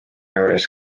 juures